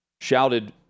shouted